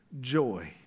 joy